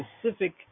specific